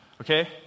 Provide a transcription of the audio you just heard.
okay